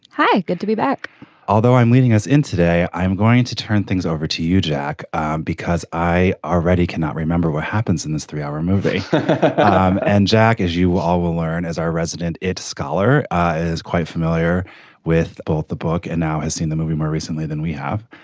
hi good to be back although i'm leading us in today. i'm going to turn things over to you jack because i already cannot remember what happens in this three hour movie um and jack as you all will learn as our resident it scholar is quite familiar with both the book and now has seen the movie more recently than we have.